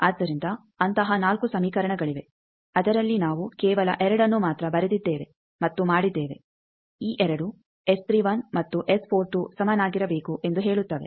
ಆದ್ದರಿಂದ ಅಂತಹ 4 ಸಮೀಕರಣಗಳಿವೆ ಅದರಲ್ಲಿ ನಾವು ಕೇವಲ 2ಅನ್ನು ಮಾತ್ರ ಬರೆದಿದ್ದೇವೆ ಮತ್ತು ಮಾಡಿದ್ದೇವೆ ಈ 2 ಮತ್ತು ಸಮಾನಾಗಿರಬೇಕು ಎಂದು ಹೇಳುತ್ತವೆ